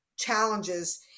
challenges